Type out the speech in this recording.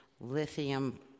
lithium